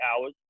hours